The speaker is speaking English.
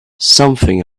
something